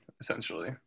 essentially